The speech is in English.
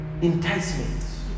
enticements